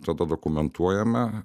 tada dokumentuojame